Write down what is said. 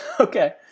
Okay